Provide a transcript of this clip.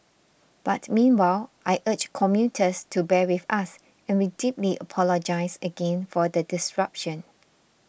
but meanwhile I urge commuters to bear with us and we deeply apologise again for the disruption